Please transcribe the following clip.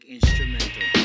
Instrumental